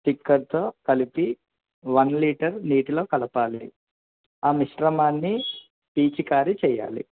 స్టిక్కర్తో కలిపి one litre నీటిలో కలపాలి ఆ మిశ్రమాన్ని పీచికారి చేయాలి